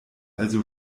also